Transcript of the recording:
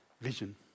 vision